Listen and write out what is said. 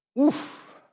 Oof